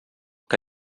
que